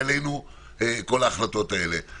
כל ההחלטות האלה מגיעות אלינו,